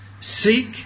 Seek